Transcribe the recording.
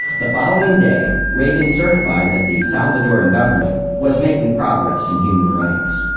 the following day, reagan certified that the salvadoran government was making progress in human rights.